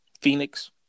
Phoenix